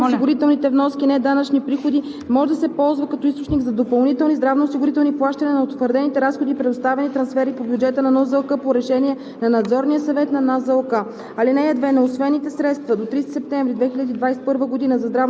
на § 1: „§ 1. (1) Преизпълнението на приходите от здравноосигурителни вноски и неданъчни приходи може да се ползва като източник за допълнителни здравноосигурителни плащания над утвърдените разходи и предоставени трансфери по бюджета на НЗОК по решение на Надзорния съвет на НЗОК.